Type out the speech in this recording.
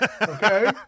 Okay